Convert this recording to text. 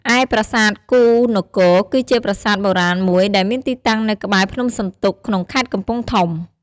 ឯប្រាសាទគូហ៍នគរ គឺជាប្រាសាទបុរាណមួយដែលមានទីតាំងនៅក្បែរភ្នំសន្ទុក ក្នុងខេត្តកំពង់ធំ។